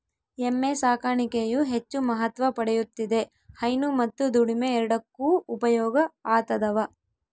ಎಮ್ಮೆ ಸಾಕಾಣಿಕೆಯು ಹೆಚ್ಚು ಮಹತ್ವ ಪಡೆಯುತ್ತಿದೆ ಹೈನು ಮತ್ತು ದುಡಿಮೆ ಎರಡಕ್ಕೂ ಉಪಯೋಗ ಆತದವ